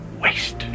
waste